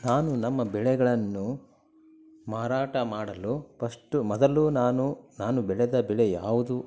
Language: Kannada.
ನಾನು ನಮ್ಮ ಬೆಳೆಗಳನ್ನು ಮಾರಾಟ ಮಾಡಲು ಪಸ್ಟು ಮೊದಲು ನಾನು ನಾನು ಬೆಳೆದ ಬೆಳೆ ಯಾವುದು